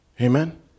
Amen